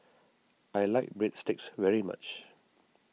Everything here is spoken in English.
I like Breadsticks very much